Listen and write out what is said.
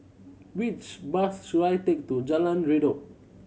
which bus should I take to Jalan Redop